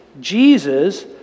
Jesus